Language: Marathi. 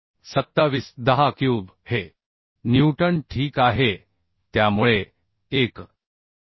27 10 क्यूब हे न्यूटन ठीक आहे त्यामुळे 1